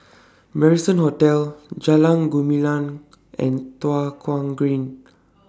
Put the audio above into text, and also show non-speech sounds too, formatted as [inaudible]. [noise] Marrison Hotel Jalan Gumilang and Tua Kong Green